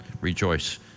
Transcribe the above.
rejoice